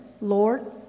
Lord